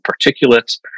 particulates